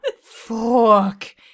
fuck